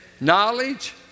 knowledge